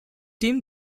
tim